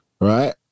right